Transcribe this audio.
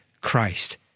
Christ